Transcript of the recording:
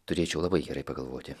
turėčiau labai gerai pagalvoti